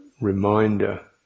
reminder